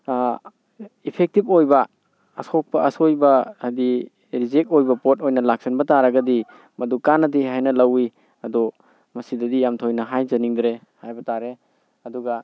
effective ꯑꯣꯏꯕ ꯑꯁꯣꯛꯄ ꯑꯁꯣꯏꯕ ꯍꯥꯏꯗꯤ ꯔꯤꯖꯦꯛ ꯑꯣꯏꯕ ꯄꯣꯠ ꯑꯣꯏꯅ ꯂꯥꯛꯁꯟꯕ ꯇꯥꯔꯒꯗꯤ ꯃꯗꯨ ꯀꯥꯟꯅꯗꯦ ꯍꯥꯏꯅ ꯂꯧꯋꯤ ꯑꯗꯣ ꯃꯁꯤꯗꯗꯤ ꯌꯥꯝ ꯊꯣꯏꯅ ꯍꯥꯏꯖꯅꯤꯡꯗ꯭ꯔꯦ ꯍꯥꯏꯕ ꯇꯥꯔꯦ ꯑꯗꯨꯒ